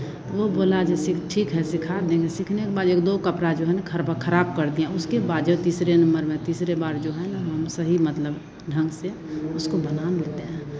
तो वो बोला जो सि ठीक है सिखा देंगे सीखने के बाद एक दो कपड़ा जो है ना खराब खराब कर दिया उसके बाद जो है तीसरे नंबर में तीसरे बार जो है ना हम सही मतलब ढंग से उसको बनाने देते हैं